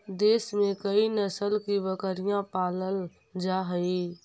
देश में कई नस्ल की बकरियाँ पालल जा हई